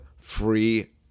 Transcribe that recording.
Free